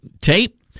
tape